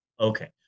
Okay